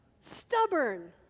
stubborn